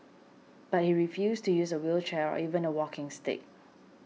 but he refused to use a wheelchair or even a walking stick